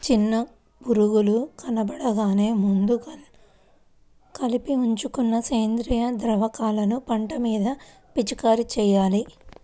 చిన్న పురుగులు కనబడగానే ముందే కలిపి ఉంచుకున్న సేంద్రియ ద్రావకాలను పంట మీద పిచికారీ చెయ్యాలి